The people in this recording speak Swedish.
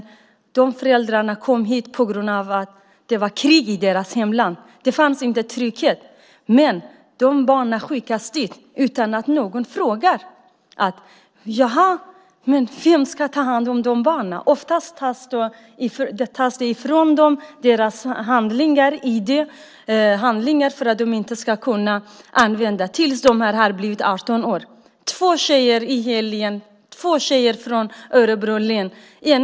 Föräldrarna kom hit på grund av att det var krig i deras hemländer och att det inte fanns trygghet. Men barnen skickas dit utan att någon frågar: Vem ska ta hand om de barnen? Oftast tas deras ID-handlingar ifrån dem för att de inte ska kunna använda dem innan de blivit 18 år. Jag känner till två tjejer från Örebro län.